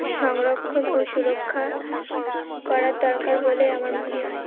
সংরক্ষণ ও সুরক্ষা করার দরকার বলে আমার মনে হয়